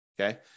Okay